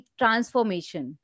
transformation